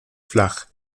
flach